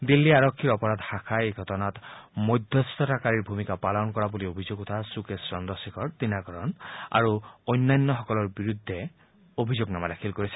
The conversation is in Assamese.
দিল্লী আৰক্ষীৰ অপৰাধ শাখাই এই ঘটনাত মধ্যস্থতাকাৰীৰ ভূমিকা গ্ৰহণ কৰা বুলি অভিযোগ উঠা সুকেশ চন্দ্ৰশেখৰ ডিনাকৰণ আৰু অন্যান্যসকলৰ বিৰুদ্ধেও অভিযোগনামা দাখিল কৰিছে